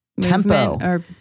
tempo